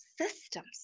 systems